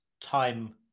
time